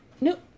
Nope